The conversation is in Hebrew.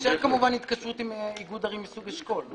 זה מאפשר כמובן התקשרות עם איגוד ערים מסוג אשכול.